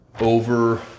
over